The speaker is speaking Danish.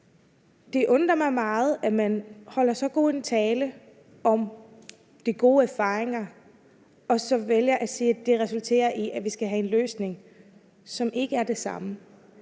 Det undrer mig meget, at man holder så god en tale om de gode erfaringer og så vælger at sige, at det resulterer i, at vi skal have en løsning, som ikke er det samme.